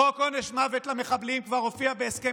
חוק עונש מוות למחבלים כבר הופיע בהסכם